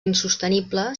insostenible